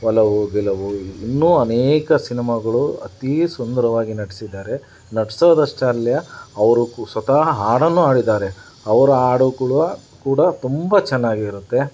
ಒಲವು ಗೆಲವು ಇನ್ನು ಅನೇಕ ಸಿನಿಮಾಗಳು ಅತೀ ಸುಂದರವಾಗಿ ನಟಿಸಿದ್ದಾರೆ ನಟಿಸೋದಷ್ಟೇ ಅಲ್ಲ ಅವರು ಕೂ ಸ್ವತಃ ಹಾಡನ್ನು ಹಾಡಿದ್ದಾರೆ ಅವ್ರು ಹಾಡು ಕುಡ ಕೂಡ ತುಂಬ ಚೆನ್ನಾಗಿರುತ್ತೆ